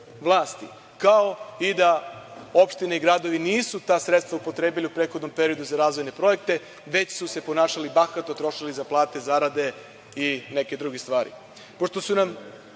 vlasti, kao i da opštine i gradovi nisu ta sredstva upotrebili u prethodnom periodu za razvojne projekte, već su se ponašali bahato, trošili za plate, zarade i neke druge stvari. Pošto